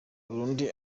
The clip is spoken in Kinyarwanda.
burundi